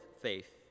faith